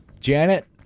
Janet